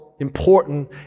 important